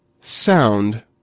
Sound